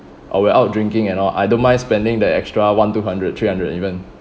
or we're out drinking and all I don't mind spending the extra one two hundred three hundred even